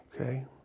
Okay